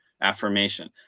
affirmation